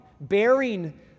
bearing